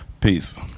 Peace